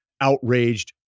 outraged